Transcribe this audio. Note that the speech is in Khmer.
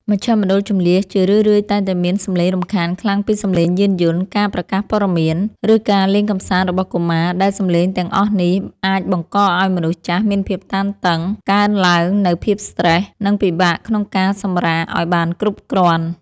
មជ្ឈមណ្ឌលជម្លៀសជារឿយៗតែងតែមានសម្លេងរំខានខ្លាំងពីសម្លេងយានយន្ត ការប្រកាសព័ត៌មាន ឬការលេងកម្សាន្តរបស់កុមារ ដែលសម្លេងទាំងអស់នេះអាចបង្កឱ្យមនុស្សចាស់មានភាពតានតឹង កើនឡើងនូវភាពស្ត្រេស និងពិបាកក្នុងការសម្រាកឱ្យបានគ្រប់គ្រាន់។